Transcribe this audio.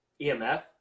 EMF